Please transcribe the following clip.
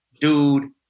dude